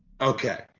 okay